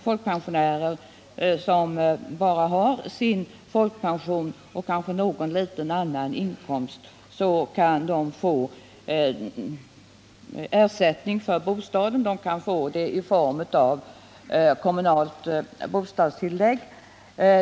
Folkpensionärer som bara har folkpension och kanske någon liten ytterligare inkomst kan få ersättning för boendekostnader. De kan få det i form av kommunalt bostadstillägg.